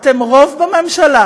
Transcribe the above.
אתם רוב בממשלה,